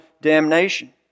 damnation